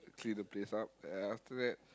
clean the place up and after that